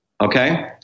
Okay